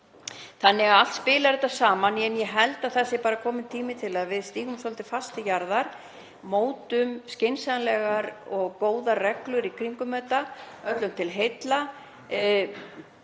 þannig að allt spilar þetta saman. Ég held að það sé kominn tími til að við stígum svolítið fast til jarðar og mótum skynsamlegar og góðar reglur í kringum þetta öllum til heilla.